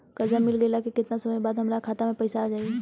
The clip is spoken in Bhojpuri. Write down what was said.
कर्जा मिल गईला के केतना समय बाद हमरा खाता मे पैसा आ जायी?